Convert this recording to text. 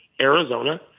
Arizona